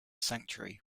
sanctuary